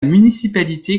municipalité